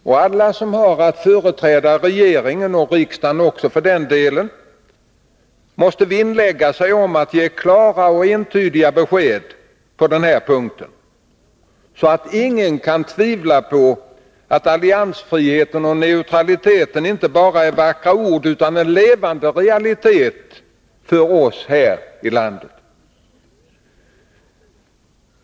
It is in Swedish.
Och alla som har att företräda regeringen — och riksdagen också, för den delen — måste vinnlägga sig om att ge klara och entydiga besked på den här punkten, så att ingen kan tvivla på att alliansfrihet och neutralitet inte bara är vackra ord utan en levande realitet för oss här i landet.